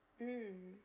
mm